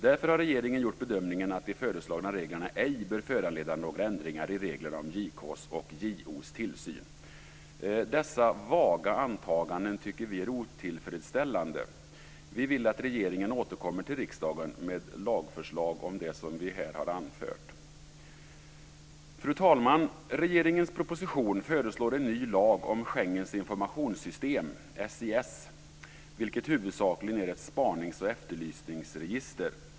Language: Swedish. Därför har regeringen gjort bedömningen att de föreslagna reglerna ej bör föranleda några ändringar i reglerna om JK:s och JO:s tillsyn. Dessa vaga antaganden tycker vi är otillfredsställande. Vi vill att regeringen återkommer till riksdagen med lagförslag om det som vi här har anfört. Fru talman! I regeringens proposition föreslås en ny lag om Schengens informationssystem, SIS, vilket huvudsakligen är ett spanings och efterlysningsregister.